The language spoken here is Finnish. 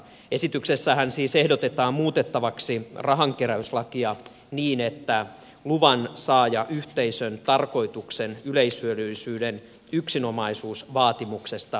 esityksessähän siis ehdotetaan muutettavaksi rahankeräyslakia niin että luvansaajayhteisön tarkoituksen yleishyödyllisyyden yksinomaisuusvaatimuksesta luovutaan